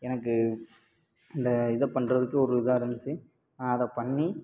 எனக்கு இந்த இதை பண்ணுறதுக்கு ஒரு இதாக இருந்துச்சி அதை பண்ணி